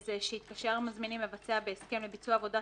שיתקשר המזמין לבצע בהסכם לביצוע עבודת